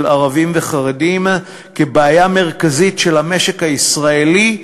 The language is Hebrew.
ערבים וחרדים כבעיה מרכזית של המשק הישראלי,